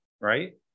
Right